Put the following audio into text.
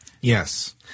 Yes